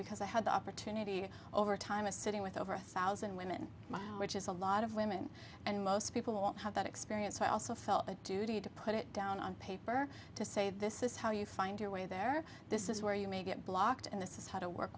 because i had the opportunity over time a sitting with over a thousand women which is a lot of women and most people won't have that experience so i also felt a duty to put it down on paper to say this is how you find your way there this is where you may get blocked and this is how to work